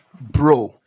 bro